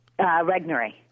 Regnery